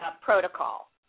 protocol